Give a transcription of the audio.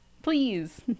please